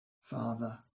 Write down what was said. Father